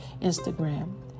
Instagram